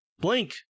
Blink